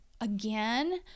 again